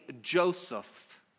Joseph